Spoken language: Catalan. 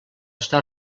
està